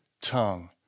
tongue